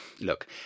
look